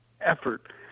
effort